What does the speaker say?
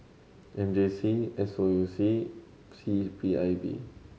M J C S O U C C P I B